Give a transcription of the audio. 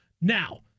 Now